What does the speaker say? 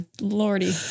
lordy